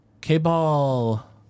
K-ball